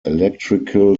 electrical